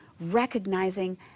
recognizing